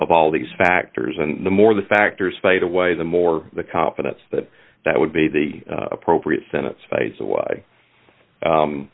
of all these factors and the more the factors fade away the more the confidence that that would be the appropriate sentence fades away